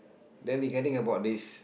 then regarding about this